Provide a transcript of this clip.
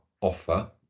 offer